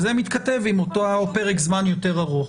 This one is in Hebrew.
וזה מתכתב עם אותו פרק זמן יותר ארוך.